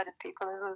people